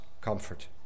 comfort